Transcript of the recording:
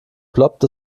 ploppt